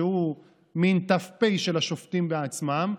שהוא מין ת"פ של השופטים בעצמם,